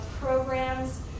programs